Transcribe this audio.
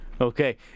okay